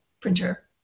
printer